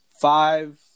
Five